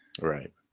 Right